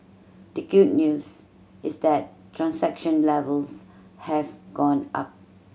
the good news is that transaction levels have gone up